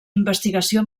investigació